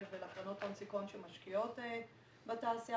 ולקרנות הון סיכון שמשקיעות בתעשייה,